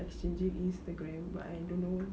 exchanging instagram but I don't know